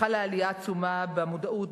חלה עלייה עצומה במודעות,